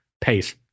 pace